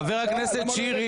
חבר הכנסת שירי,